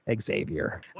Xavier